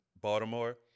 Baltimore